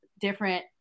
different